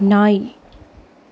நாய்